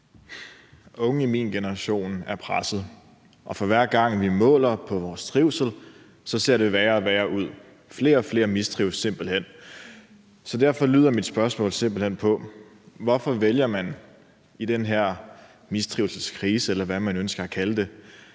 Unge i min generation er pressede, og for hver gang vi måler på vores trivsel, ser det værre og værre ud – flere og flere mistrives simpelt hen. Så derfor lyder mit spørgsmål: Hvorfor vælger man i den her mistrivselskrise, eller hvad man ønsker at kalde det,